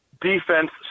defense